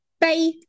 Bye